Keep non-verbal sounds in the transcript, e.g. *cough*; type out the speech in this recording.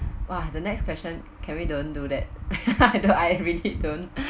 !wah! the next question can we don't do that *noise* I really don't